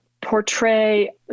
portray